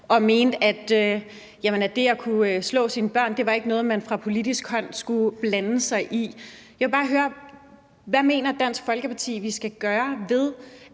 og mente, at det at kunne slå sine børn ikke var noget, man fra politisk hold skulle blande sig i. Jeg vil bare høre: Hvad mener Dansk Folkeparti vi skal gøre ved,